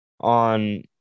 on